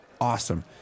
Awesome